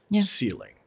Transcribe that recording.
ceiling